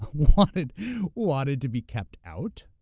wanted wanted to be kept out.